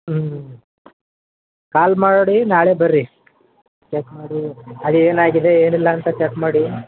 ಹ್ಞೂ ಕಾಲ್ ಮಾಡಿ ನಾಳೆ ಬರ್ರಿ ಚೆಕ್ ಮಾಡಿ ಅದು ಏನಾಗಿದೆ ಏನಿಲ್ಲ ಅಂತ ಚೆಕ್ ಮಾಡಿ